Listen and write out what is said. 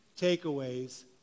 takeaways